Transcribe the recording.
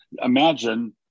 Imagine